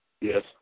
Yes